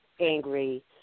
angry